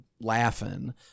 laughing